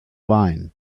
wine